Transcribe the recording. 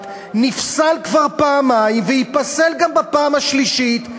נפסל כבר פעמיים וייפסל גם בפעם השלישית.